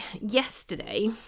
yesterday